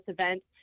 event